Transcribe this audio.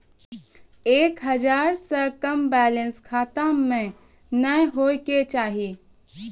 एक हजार से कम बैलेंस खाता मे नैय होय के चाही